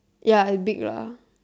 ya is big lah